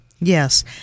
Yes